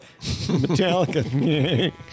Metallica